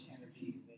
energy